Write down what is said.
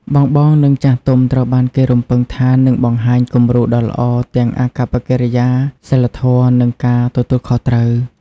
បងៗ និងចាស់ទុំត្រូវបានគេរំពឹងថានឹងបង្ហាញ គំរូដ៏ល្អ ទាំងអាកប្បកិរិយា សីលធម៌ និងការទទួលខុសត្រូវ។